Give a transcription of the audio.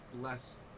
less